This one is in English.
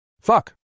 Fuck